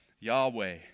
Yahweh